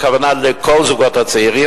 הכוונה לכל הזוגות הצעירים,